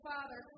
Father